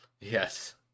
Yes